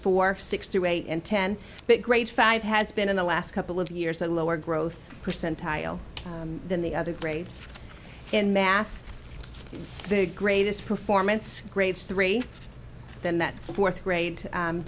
four six to eight and ten but grade five has been in the last couple of years a lower growth percentile than the other grades in math the greatest performance grades three then that fourth